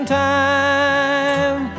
time